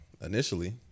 initially